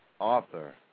author